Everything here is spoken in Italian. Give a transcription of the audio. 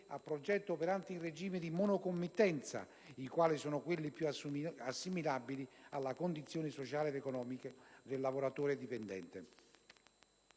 a progetto operanti in regime di monocomittenza, i quali sono quelli più assimilabili alla condizione sociale ed economica del lavoratore dipendente);